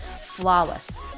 flawless